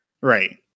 Right